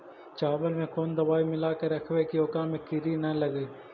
चावल में कोन दबाइ मिला के रखबै कि ओकरा में किड़ी ल लगे?